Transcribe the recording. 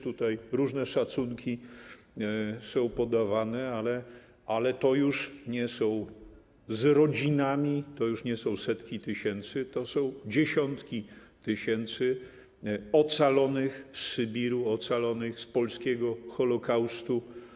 Tutaj różne szacunki są podawane, ale to już nie dotyczy ocalonych wraz z rodzinami, to już nie są setki tysięcy, to są dziesiątki tysięcy ocalonych z Sybiru, ocalonych z polskiego Holokaustu.